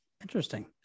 interesting